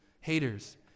Haters